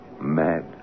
mad